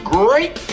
great